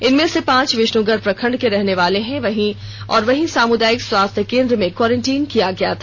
इसमें से पांच विष्णुगढ़ प्रखंड के रहने वाले हैं और वही सामुदायिक स्वास्थ्य केंद्र में क्वारंटाइन किया गया था